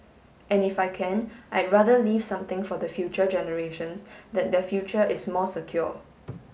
and if I can I'd rather leave something for the future generations that their future is more secure